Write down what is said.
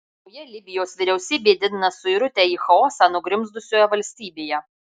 nauja libijos vyriausybė didina suirutę į chaosą nugrimzdusioje valstybėje